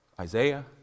Isaiah